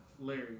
Larry